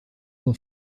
will